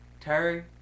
Terry